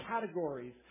categories